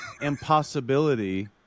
impossibility